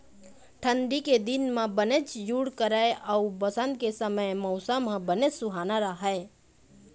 ठंडी के दिन म बनेच जूड़ करय अउ बसंत के समे मउसम ह बनेच सुहाना राहय